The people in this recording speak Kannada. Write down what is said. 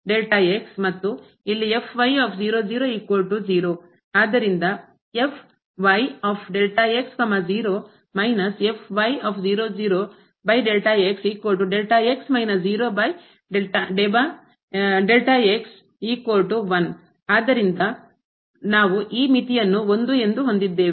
ಆದ್ದರಿಂದ ಮತ್ತು ಇಲ್ಲಿ ಆದ್ದರಿಂದ ಆದ್ದರಿಂದ ನಾವು ಈ ಮಿತಿಯನ್ನು 1 ಎಂದು ಹೊಂದಿದ್ದೇವೆ